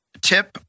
tip